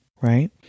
Right